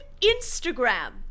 Instagram